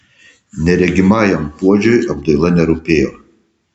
neregimajam puodžiui apdaila nerūpėjo